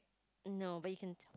no but you can